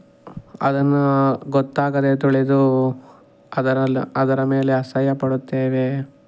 ಅದನ್ನು ಗೊತ್ತಾಗದೆ ತುಳಿದು ಅದರಲ್ಲಿ ಅದರ ಮೇಲೆ ಅಸಹ್ಯ ಪಡುತ್ತೇವೆ